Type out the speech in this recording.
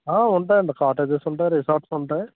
ఉంటాయి అండి కాటేజెస్ ఉంటాయి రిసార్ట్స్ ఉంటాయి